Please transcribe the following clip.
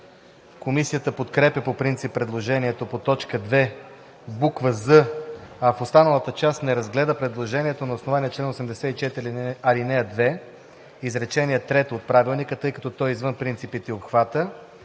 Комисията подкрепя по принцип предложението по т. 2, буква „з“, а в останалата част не разгледа предложението на основание чл. 84, ал. 2, изречение трето от Правилника, тъй като то е извън принципите и обхвата.